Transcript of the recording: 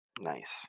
Nice